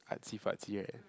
artsy fartsy right